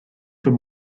fyd